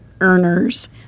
earners